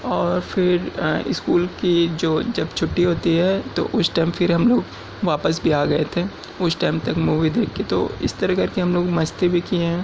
اور پھر اسکول کی جو جب چھٹی ہوتی ہے تو اس ٹائم پھر ہم لوگ واپس بھی آ گئے تھے اس ٹائم تک مووی دیکھ کے تو اس طرح کر کے ہم لوگ مستی بھی کئے ہیں